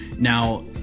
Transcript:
Now